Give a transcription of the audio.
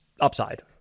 upside